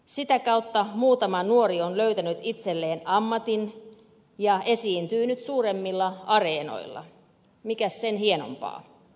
sitä kautta muutama nuori on löytänyt itselleen ammatin ja esiintyy nyt suuremmilla areenoilla mikäs sen hienompaa